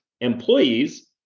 employees